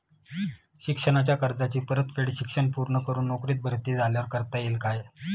शिक्षणाच्या कर्जाची परतफेड शिक्षण पूर्ण करून नोकरीत भरती झाल्यावर करता येईल काय?